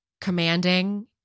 commanding